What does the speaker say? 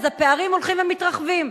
אז הפערים הולכים ומתרחבים.